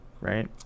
right